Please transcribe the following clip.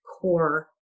core